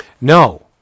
no